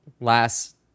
last